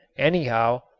anyhow,